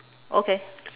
okay